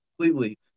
completely